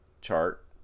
chart